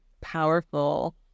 powerful